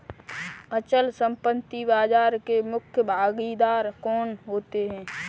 अचल संपत्ति बाजार के मुख्य भागीदार कौन होते हैं?